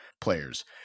players